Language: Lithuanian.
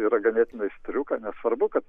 yra ganėtinai striuka nesvarbu kad